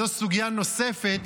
זאת סוגיה נוספת,